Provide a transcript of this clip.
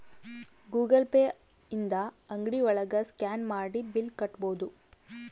Google Pay ಇಂದ ಅಂಗ್ಡಿ ಒಳಗ ಸ್ಕ್ಯಾನ್ ಮಾಡಿ ಬಿಲ್ ಕಟ್ಬೋದು